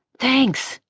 thanks.